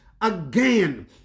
again